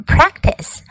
Practice